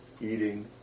eating